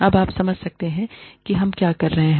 अब आप समझ सकते हैं कि हम क्या कर रहे हैं